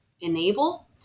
enable